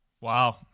Wow